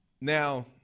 Now